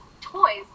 toys